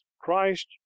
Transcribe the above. christ